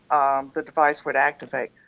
um the device would activate.